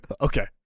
Okay